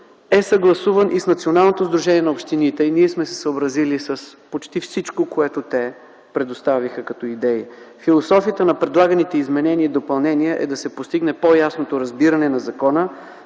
е съгласуван и с Националното сдружение на общините и ние сме се съобразили с почти всичко, което те предоставиха като идеи. Философията на предлаганите изменения и допълнения е да се постигне по-ясното разбиране на закона,